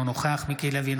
אינו נוכח מיקי לוי,